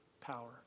power